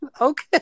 Okay